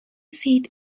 seat